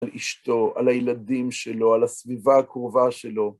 על אשתו, על הילדים שלו, על הסביבה הקרובה שלו.